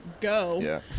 go